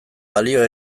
balio